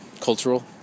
cultural